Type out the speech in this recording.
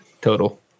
total